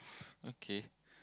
okay